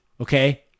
okay